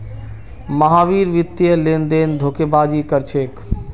महावीर वित्तीय लेनदेनत धोखेबाजी कर छेक